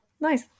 Nice